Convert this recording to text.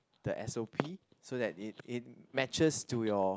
the s_o_p so that it it matches to your